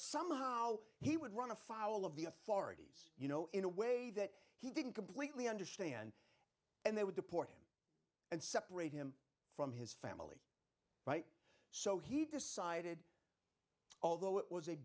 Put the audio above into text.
somehow he would run afoul of the authorities you know in a way that he didn't completely understand and they would deport him and separate him from his family right so he decided although it was a